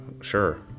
Sure